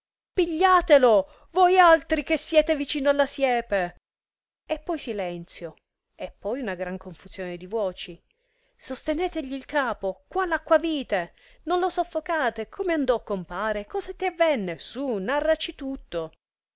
pigliatelo voi altri che siete vicino alla siepe e poi silenzio e poi una gran confusione di voci sostenetegli il capo quà lacquavite non lo soffocate come andò compare che cosa ti avvenne sù narraci tutto